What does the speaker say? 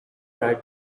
tried